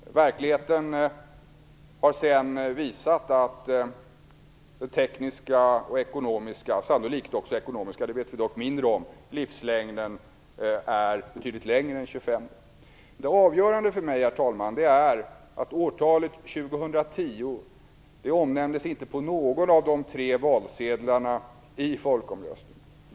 Verkligheten har sedan visat att den tekniska livslängden och sannolikt även den ekonomiska - det vet vi dock mindre om - är betydligt längre än 25 år. Det avgörande för mig, herr talman, är att årtalet 2010 inte omnämndes på någon av de tre valsedlarna i folkomröstningen.